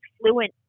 fluent